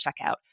checkout